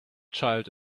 child